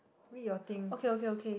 read your thing